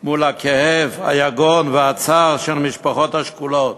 מול הכאב, היגון והצער של המשפחות השכולות?